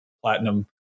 platinum